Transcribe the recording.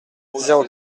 zéro